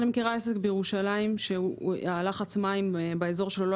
אני מכירה עסק בירושלים שלחץ המים באזור שלו לא